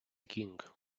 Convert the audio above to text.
king